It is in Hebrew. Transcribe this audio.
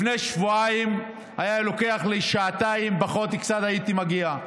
לפני שבועיים היה לוקח לי קצת פחות משעתיים והייתי מגיע.